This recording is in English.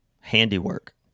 handiwork